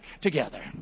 together